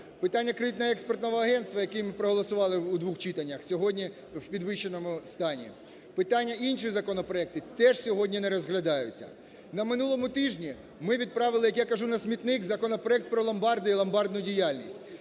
Питання кредитно-експертного агентства, яке ми проголосували у двох читаннях, сьогодні у підвищеному стані. Питання інших законопроектів теж сьогодні не розглядаються. На минулому тижні ми відправили, як я кажу, на смітник законопроект про ломбарди і ломбардну діяльність.